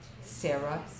Sarah